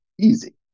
Easy